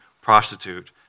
prostitute